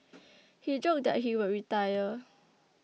he joked that he would retire